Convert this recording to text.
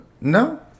No